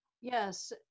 Yes